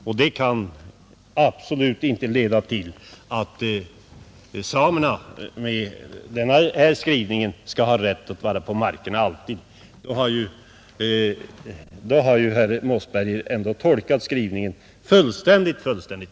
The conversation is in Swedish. Den föreslagna skrivningen kan alltså inte leda till att samerna alltid skall ha rätt att ha sina renar på dessa marker. Om herr Mossberger tror det har han tolkat skrivningen fullständigt felaktigt.